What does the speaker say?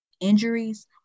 injuries